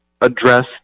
address